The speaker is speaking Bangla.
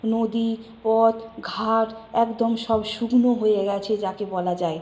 নদী পথ ঘাট একদম সব শুকনো হয়ে গিয়েছে যাকে বলা যায়